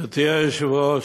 גברתי היושבת-ראש,